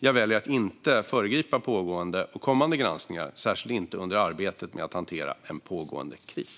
Jag väljer att inte föregripa pågående och kommande granskningar, särskilt inte under arbetet med att hantera en pågående kris.